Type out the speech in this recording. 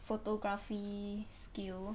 photography skill